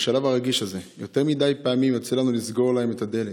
בשלב הרגיש הזה יותר מדי פעמים יוצא לנו לסגור להם את הדלת,